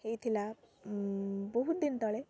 ହେଇଥିଲା ବହୁତ ଦିନ ତଳେ